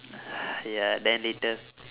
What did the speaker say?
ya then later